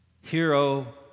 Hero